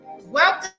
Welcome